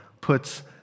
puts